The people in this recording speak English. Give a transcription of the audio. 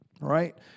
right